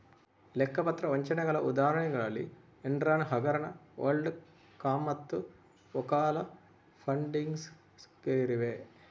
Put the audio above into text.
ಲೆಕ್ಕ ಪತ್ರ ವಂಚನೆಗಳ ಉದಾಹರಣೆಗಳಲ್ಲಿ ಎನ್ರಾನ್ ಹಗರಣ, ವರ್ಲ್ಡ್ ಕಾಮ್ಮತ್ತು ಓಕಾಲಾ ಫಂಡಿಂಗ್ಸ್ ಗೇರಿವೆ